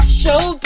show